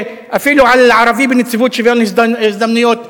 אפילו על ערבים בנציבות שוויון הזדמנויות,